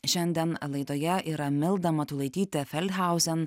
šiandien laidoje yra milda matulaitytė felhausen